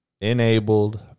enabled